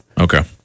Okay